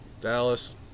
Dallas